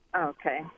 Okay